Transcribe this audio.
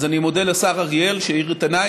אז אני מודה לשר אריאל על שהאיר את עיניי,